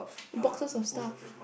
boxes of stuff